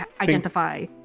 identify